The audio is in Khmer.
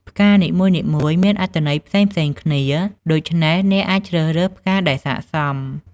ផ្កានីមួយៗមានអត្ថន័យផ្សេងៗគ្នា ដូច្នេះអ្នកអាចជ្រើសរើសផ្កាដែលសក្តិសម។